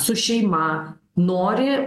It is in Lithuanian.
su šeima nori